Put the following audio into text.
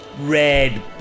red